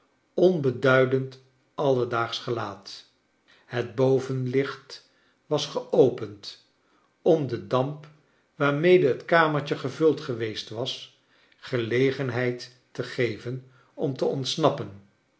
onbeduidend alledaagsch gelaat het bovenlicht was geopend om den damp waarmede het kamertje gevuld geweest was gelegenheid te geven om te ontsnappen